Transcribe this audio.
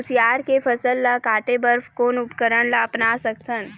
कुसियार के फसल ला काटे बर कोन उपकरण ला अपना सकथन?